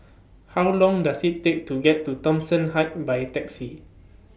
How Long Does IT Take to get to Thomson Heights By Taxi